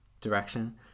Direction